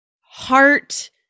heart